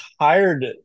hired